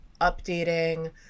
updating